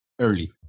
early